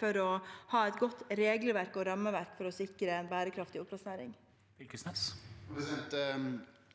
for å ha et godt regelverk og rammeverk for å sikre en bærekraftig oppdrettsnæring.